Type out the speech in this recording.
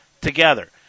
together